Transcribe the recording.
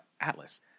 Atlas